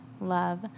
Love